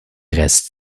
rest